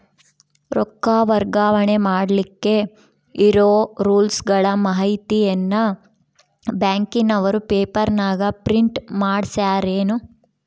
ರೊಕ್ಕ ವರ್ಗಾವಣೆ ಮಾಡಿಲಿಕ್ಕೆ ಇರೋ ರೂಲ್ಸುಗಳ ಮಾಹಿತಿಯನ್ನ ಬ್ಯಾಂಕಿನವರು ಪೇಪರನಾಗ ಪ್ರಿಂಟ್ ಮಾಡಿಸ್ಯಾರೇನು?